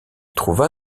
trouva